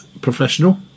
professional